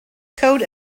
code